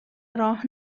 راه